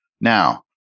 Now